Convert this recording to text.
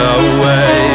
away